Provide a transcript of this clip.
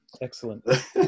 excellent